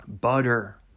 Butter